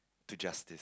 to justice